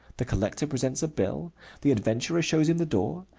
the collector presents a bill the adventurer shows him the door.